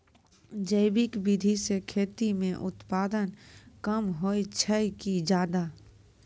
जैविक विधि से खेती म उत्पादन कम होय छै कि ज्यादा?